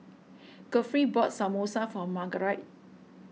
Godfrey bought Samosa for Margarite